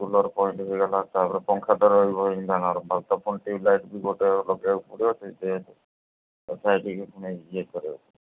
cooler point ହେଇଗଲା ତା'ପରେ ପଙ୍ଖା ଦର ନର୍ମାଲ୍ ତ ପୁଟି ଲାଇଟ୍ ବି ଗୋଟେ ଲଗାଇବାକୁ ପଡ଼େ ସେ ଯେ ତ ସେଇ ଠିକ୍ ପୁଣି ଇଏ କର